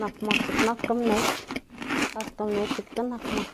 nak man ziꞌk nakaga mnech, kasma mnechaga nak mak.